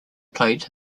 played